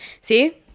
see